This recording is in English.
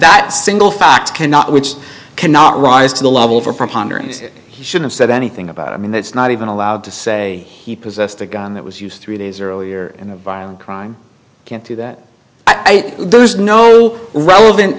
that single fact cannot which cannot rise to the level for pondering he should have said anything about i mean that's not even allowed to say he possessed a gun that was used three days earlier in a violent crime can't do that i think there's no relevant